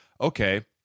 Okay